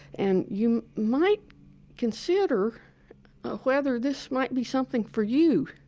and you might consider ah whether this might be something for you.